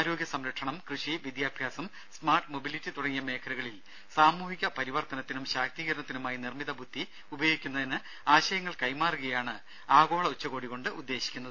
ആരോഗ്യ സംരക്ഷണം കൃഷി വിദ്യാഭ്യാസം സ്മാർട്ട് മൊബിലിറ്റി തുടങ്ങിയ മേഖലകളിൽ സാമൂഹിക പരിവർത്തനത്തിനും ശാക്തീകരണത്തിനുമായി നിർമ്മിത ബുദ്ധി ഉപയോഗിക്കുന്നതിന് ആശയങ്ങൾ കൈമാറുകയാണ് ആഗോള ഉച്ചകോടി കൊണ്ട് ഉദ്ദേശിക്കുന്നത്